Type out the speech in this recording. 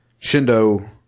Shindo